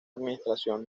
administración